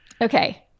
Okay